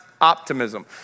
Optimism